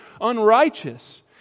unrighteous